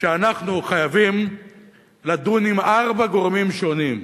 שאנחנו חייבים לדון עם ארבעה גורמים שונים?